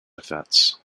offence